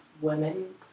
women